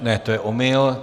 Ne, to je omyl.